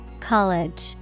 college